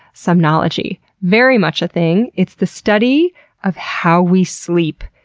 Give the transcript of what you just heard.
somnology. very much a thing. it's the study of how we sleep.